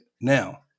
now